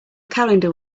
calendar